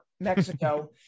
Mexico